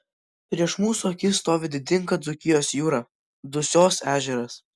prieš mūsų akis stovi didinga dzūkijos jūra dusios ežeras